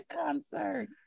concert